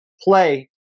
play